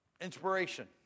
inspiration